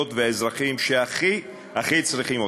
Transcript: והאזרחים שהכי הכי צריכים אותנו,